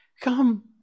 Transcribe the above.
Come